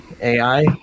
AI